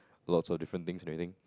lots of different thing and everything